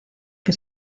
que